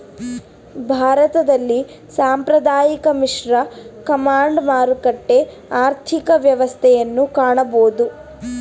ಭಾರತದಲ್ಲಿ ಸಾಂಪ್ರದಾಯಿಕ, ಮಿಶ್ರ, ಕಮಾಂಡ್, ಮಾರುಕಟ್ಟೆ ಆರ್ಥಿಕ ವ್ಯವಸ್ಥೆಯನ್ನು ಕಾಣಬೋದು